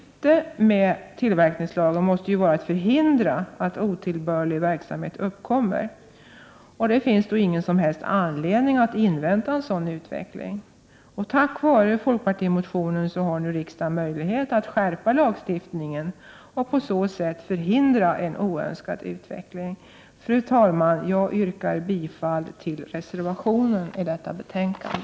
Syftet med tillverkningslagen måste ju vara att förhindra att otillbörlig verksamhet uppkommer. Det finns då ingen som helst anledning att invänta en sådan utveckling. Tack vare folkpartimotionen har riksdagen nu möjlighet att skärpa lagstiftningen och på så sätt förhindra en oönskad utveckling. Fru talman! Jag yrkar bifall till reservationen till detta betänkande.